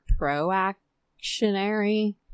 pro-actionary